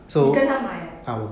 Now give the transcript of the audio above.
你跟他买 uh